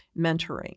mentoring